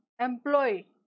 employee